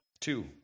Two